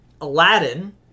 Aladdin